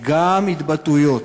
גם התבטאויות.